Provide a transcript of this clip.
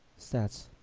set